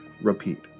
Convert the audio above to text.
repeat